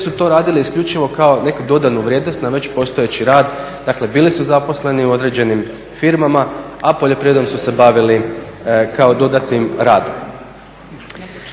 su to radili isključivo kao neku dodanu vrijednost na već postojeći rad. Dakle, bili su zaposleni u određenim firmama, a poljoprivredom su se bavili kao dodatnim radom.